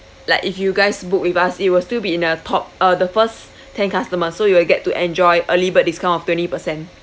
like if you guys book with us it will still be in a top uh the first ten customers so you will get to enjoy early bird discount of twenty percent